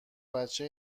بچه